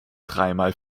dreimal